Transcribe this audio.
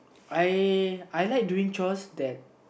I I like doing chores that